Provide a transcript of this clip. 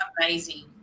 amazing